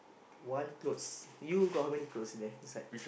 one clothes you got how many clothes there inside